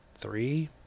three